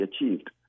achieved